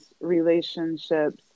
relationships